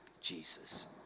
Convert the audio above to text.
Jesus